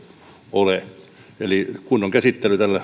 ole eli kunnon käsittely tälle